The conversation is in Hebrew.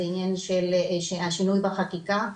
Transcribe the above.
זה העניין של השינוי החקיקה,